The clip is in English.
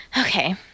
okay